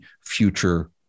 future